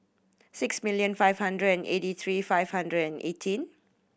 six million five hundred and eightt three five hundred and eighteen